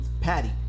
Patty